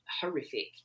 horrific